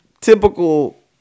Typical